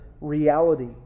reality